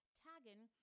tagging